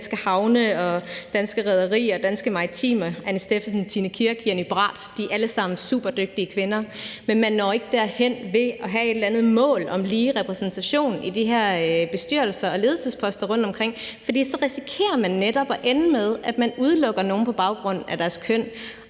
Danske Havne og Danske Rederier og Danske Maritime – Tine Kirk, Anne Steffensen, Jenny Braat. De er alle sammen superdygtige kvinder. Men man når ikke derhen ved at have et eller andet mål om lige repræsentation i de her bestyrelser og ledelsesposter rundtomkring, for så risikerer man netop at ende med, at man udelukker nogen på baggrund af deres køn.